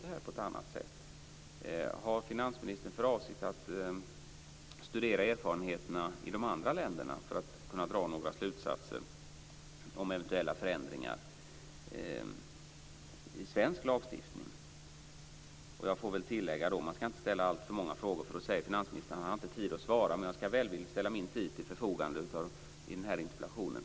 Den fjärde frågan blir då: Har finansministern för avsikt att studera erfarenheterna från de andra länderna för att kunna dra några slutsatser om eventuella förändringar i svensk lagstiftning? Man ska inte ställa alltför många frågor, för då säger finansministern att han inte har tid att svara på dem, men jag ska välvilligt ställa min tid till förfogande i den här interpellationsdebatten.